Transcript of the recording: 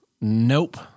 nope